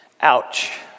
Ouch